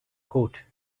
coat